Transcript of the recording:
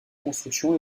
construction